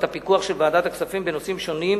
הפיקוח של ועדת הכספים בנושאים שונים,